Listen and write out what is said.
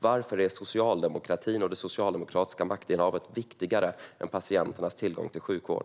Varför är socialdemokratin och det socialdemokratiska maktinnehavet viktigare än patienternas tillgång till sjukvård?